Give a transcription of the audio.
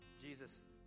Jesus